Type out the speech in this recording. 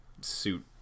suit